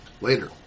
later